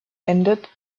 endet